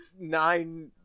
nine